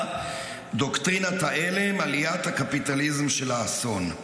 "דוקטרינת ההלם: עליית הקפיטליזם של האסון".